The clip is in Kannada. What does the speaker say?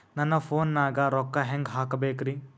ನನ್ನ ಫೋನ್ ನಾಗ ರೊಕ್ಕ ಹೆಂಗ ಹಾಕ ಬೇಕ್ರಿ?